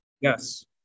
Yes